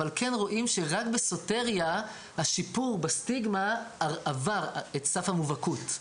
אבל כן רואים שרק בסוטריה השיפור בסטיגמה עבר את סף המובהקות,